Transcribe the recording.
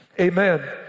Amen